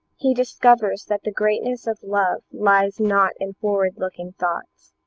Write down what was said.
he discovers that the greatness of love lies not in forward-looking thoughts